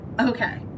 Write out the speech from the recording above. okay